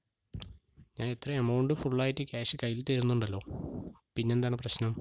ഞാൻ ഇത്രയും എമൗണ്ട് ഫുള്ളായിട്ട് ക്യാഷ് കയ്യിൽ തരുന്നുണ്ടല്ലോ പിന്നെന്താണ് പ്രശ്നം